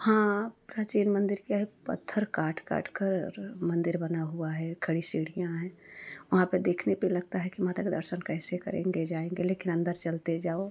हाँ प्राचीन मंदिर क्या है पत्थर काट काट कर मंदिर बना हुआ है खड़ी सीढ़ियाँ हैं वहाँ पर देखने पर लगता है कि माता का दर्शन कैसे करेंगे जाएंगे लेकिन अंदर चलते जाओ